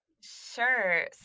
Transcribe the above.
Sure